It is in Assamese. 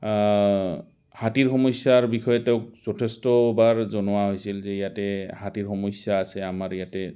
হাতীৰ সমস্যাৰ বিষয়ে তেওঁক যথেষ্টবাৰ জনোৱা হৈছিল যে ইয়াতে হাতীৰ সমস্যা আছে আমাৰ ইয়াতে